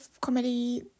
comedy